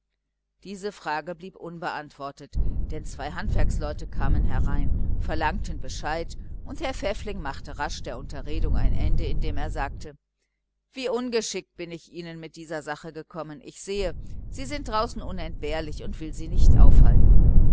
diese frage blieb unbeantwortet denn zwei handwerksleute kamen herein verlangten bescheid und herr pfäffling machte rasch der unterredung ein ende indem er sagte wie ungeschickt bin ich ihnen mit dieser sache gekommen ich sehe sie sind draußen unentbehrlich und will sie nicht aufhalten